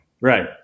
right